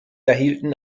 erhielten